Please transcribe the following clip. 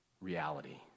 reality